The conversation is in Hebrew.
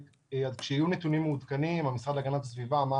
כשיהיו נתונים מעודכנים, המשרד להגנת הסביבה אמר